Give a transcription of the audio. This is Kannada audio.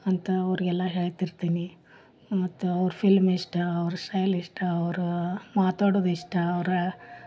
ಅಂತ ಅವ್ರಿಗೆಲ್ಲ ಹೇಳ್ತಿರ್ತೀನಿ ಮತ್ತು ಅವ್ರ ಫಿಲ್ಮ್ ಇಷ್ಟ ಅವ್ರ ಸ್ಟೈಲ್ ಇಷ್ಟ ಅವ್ರು ಮಾತಾಡೋದು ಇಷ್ಟ ಅವರ